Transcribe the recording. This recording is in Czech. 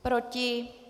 Proti?